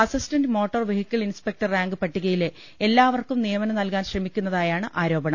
assistant motor vehicle inspector rank പട്ടികയിലെ എല്ലാവർക്കും നിയമനം നൽകാൻ ശ്രമിക്കു ന്ന തായാണ് ആരോ പണം